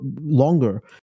longer